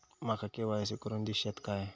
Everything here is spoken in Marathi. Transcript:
माका के.वाय.सी करून दिश्यात काय?